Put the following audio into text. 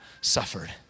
suffered